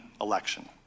election